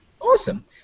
Awesome